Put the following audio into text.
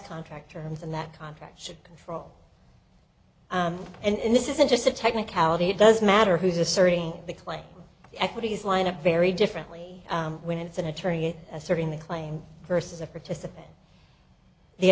contract terms and that contract should for all and this isn't just a technicality it does matter who's asserting the claim equities line a very differently when it's an attorney asserting the claim versus a participant the